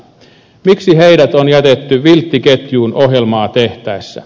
miksi heidät on jätetty vilttiketjuun ohjelmaa tehtäessä